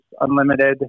unlimited